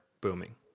booming